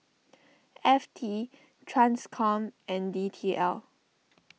F T Transcom and D T L